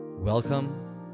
Welcome